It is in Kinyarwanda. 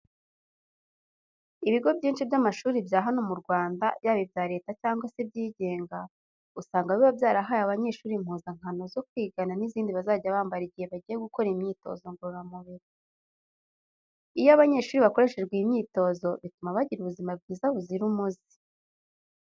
Ibigo byinshi by'amashuri bya hano mu Rwanda yaba ibya Leta cyangwa se ibyigenga, usanga biba byarahaye abanyeshuri impuzankano zo kwigana n'izindi bazajya bambara igihe bagiye gukora imyitozo ngororamubiri. Iyo abanyeshuri bakoreshejwe iyi myitozo bituma bagira ubuzima bwiza buzira umuze.